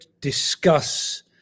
discuss